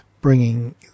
bringing